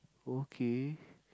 okay